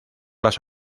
las